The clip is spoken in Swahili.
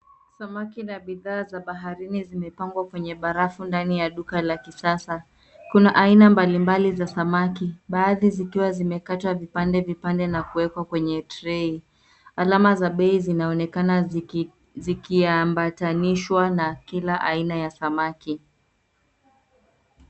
Samaki na bidha za baharini zimepangwa kwenye barafu ndani ya duka la kisasa, kuna aina mbali mbali za samaki baadhi zikiwa zimekatwa vipande vipande na kuwekwa kwenye trei, alama za pei zinaonekana zikiambatanishwa kila aina ya samaki.